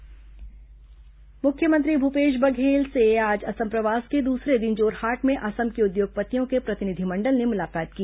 मुख्यमंत्री असम प्रवास मुख्यमंत्री भूपेश बघेल से आज असम प्रवास के दूसरे दिन जोरहाट में असम के उद्योगपतियों के प्रतिनिधिमंडल ने मुलाकात की